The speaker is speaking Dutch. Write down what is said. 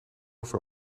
ver